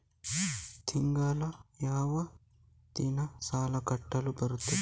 ತಿಂಗಳ ಯಾವ ದಿನ ಸಾಲ ಕಟ್ಟಲು ಬರುತ್ತದೆ?